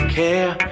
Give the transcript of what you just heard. care